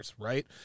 right